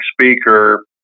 speaker